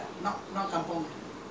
school quarters you know the kampung